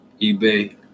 eBay